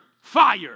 fire